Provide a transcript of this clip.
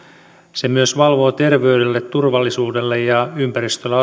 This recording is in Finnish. se myös valvoo terveydelle turvallisuudelle ja ympäristölle